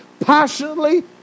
Passionately